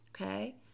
Okay